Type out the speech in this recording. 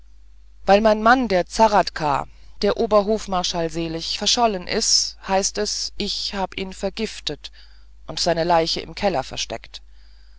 weil mein mann der zahradka der obersthofmarschall selig verschollen is heißt es ich hab ihn vergiftet und seine leiche im keller versteckt